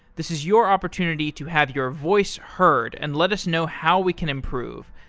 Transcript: this is your opportunity to have your voice heard and let us know how we can improve.